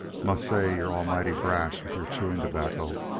must say you're almighty brash with your chewin' tobacco,